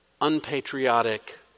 unpatriotic